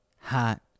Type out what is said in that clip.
hot